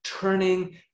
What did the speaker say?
turning